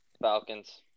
Falcons